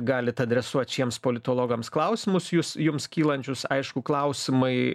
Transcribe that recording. galit adresuot šiems politologams klausimus jūs jums kylančius aišku klausimai